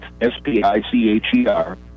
S-P-I-C-H-E-R